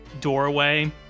doorway